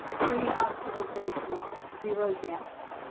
three hospitalizations, zero deaths.